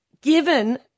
given